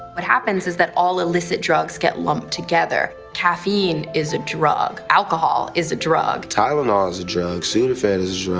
what happens is that all illicit drugs get lumped together. caffeine is a drug, alcohol is a drug. tylenol is a drug, sudafed is